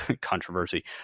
Controversy